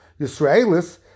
Yisraelis